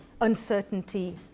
uncertainty